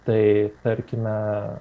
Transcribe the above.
tai tarkime